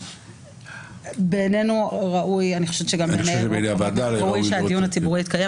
בעינינו ראוי שהדיון הציבורי יתקיים,